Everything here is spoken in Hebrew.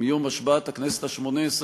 מיום השבעת הכנסת השמונה-עשרה,